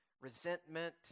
Resentment